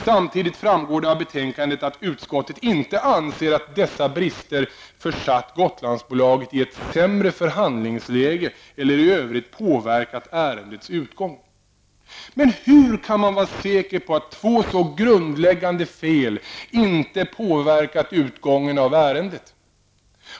Samtidigt framgår det av betänkandet att utskottet inte anser att dessa brister försatt Gotlandsbolaget i ett sämre förhandlingsläge eller i övrigt påverkat ärendets utgång. Men hur kan man vara säker på att två så grundläggande fel inte påverkat utgången av ärendet?